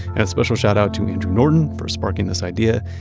and special shout out to andrew norton, for sparking this idea.